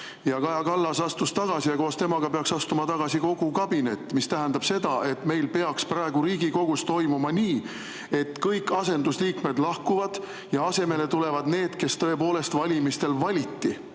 Kaja Kallas astus tagasi ja koos temaga peaks astuma tagasi kogu kabinet, mis tähendab seda, et meil peaks praegu Riigikogus toimuma nii, et kõik asendusliikmed lahkuvad ja asemele tulevad need, kes tõepoolest valimistel valiti